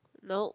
nope